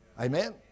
Amen